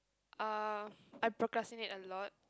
uh I procrastinate a lot